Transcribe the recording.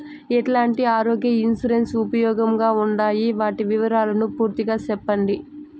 ఎట్లాంటి ఆరోగ్య ఇన్సూరెన్సు ఉపయోగం గా ఉండాయి వాటి వివరాలు పూర్తిగా సెప్పండి?